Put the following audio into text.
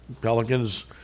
Pelicans